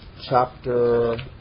chapter